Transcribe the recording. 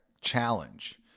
challenge